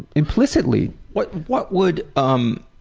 implicitly. what what would um